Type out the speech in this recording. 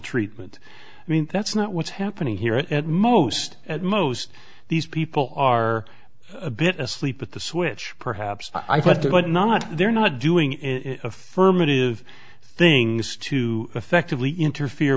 treatment i mean that's not what's happening here at most at most these people are a bit asleep at the switch perhaps i thought they might not they're not doing in affirmative things to effectively interfere